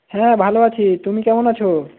হ্যাঁ ভালো আছি তুমি কেমন আছো